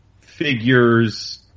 figures